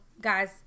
guys